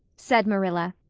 said marilla,